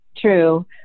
True